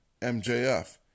MJF